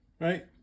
right